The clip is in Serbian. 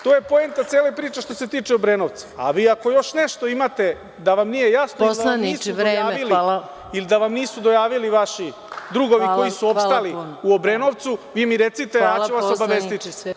To je poenta cele priče što se tiče Obrenovca, a vi ako još nešto imate da vam nije jasno, da vam nisu dojavili vaši drugovi koji su opstali Obrenovcu, vi mi recite, a ja ću vas obavestiti.